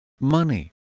money